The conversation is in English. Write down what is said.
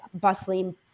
bustling